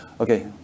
Okay